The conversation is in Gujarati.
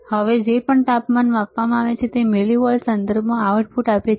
હવે જે પણ તાપમાન માપવામાં આવે છે તે મિલીવોલ્ટના સંદર્ભમાં આઉટપુટ આપે છે